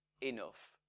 enough